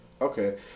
Okay